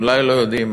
אולי לא יודעים,